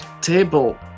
table